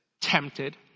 tempted